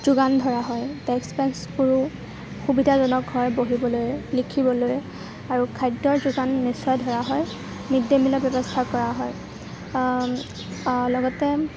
যোগান ধৰা হয় ডেষ্ক বেঞ্চবোৰ সুবিধাজনক হয় বহিবলৈ লিখিবলৈ আৰু খাদ্যৰ যোগান নিশ্চয় ধৰা হয় মিড্ ডে মিলৰ ব্যৱস্থা কৰা হয় লগতে